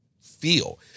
feel